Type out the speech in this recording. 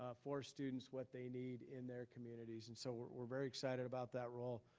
ah for students what they need in their communities. and so we're very excited about that role.